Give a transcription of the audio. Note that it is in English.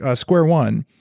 ah square one,